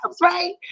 Right